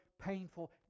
painful